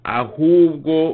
ahugo